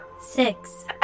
Six